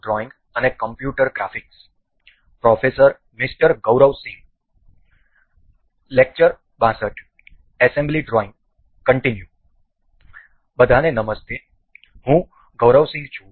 બધાને નમસ્તે હું ગૌરવસિંહ છું